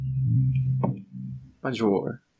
Bonjour